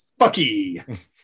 fucky